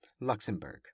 Luxembourg